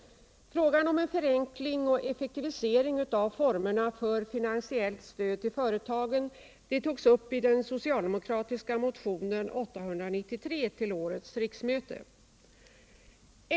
Frågan om en förenkling och effektivisering av formerna för finansiellt stöd till företagen togs upp i den socialdemokratiska motionen 893 till årets riksmöte.